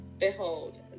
Behold